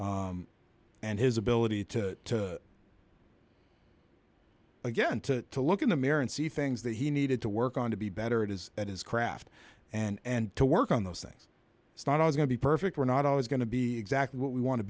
bargee and his ability to again to look in the mirror and see things that he needed to work on to be better it is that his craft and to work on those things it's not all going to be perfect we're not always going to be exactly what we want to